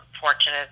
fortunate